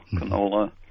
canola